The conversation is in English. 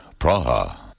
Praha